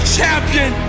champion